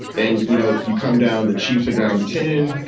then, you know, you come down the chiefs are down ten,